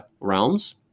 realms